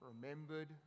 remembered